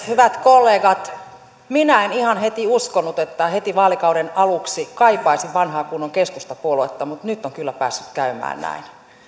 hyvät kollegat minä en ihan heti uskonut että heti vaalikauden aluksi kaipaisin vanhaa kunnon keskustapuoluetta mutta nyt kyllä on päässyt käymään näin